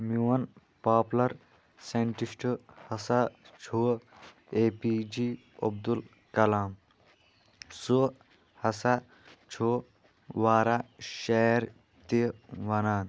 میٛون پاپولَر ساینٹِسٹہٕ ہَسا چھُ اے پی جے عبدالکَلام سُہ ہسا چھُ واریاہ شعر تہِ وَنان